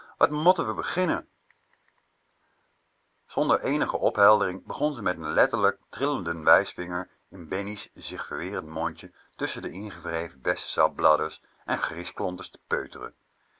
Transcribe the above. wat motten we beginnen zonder eenige opheldering begon ze met n letterlijk trillenden wijs zich verwerend mondje tusschen de ingewreven vingerbs bessensap bladders en griesklonters te peuteren